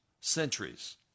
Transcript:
centuries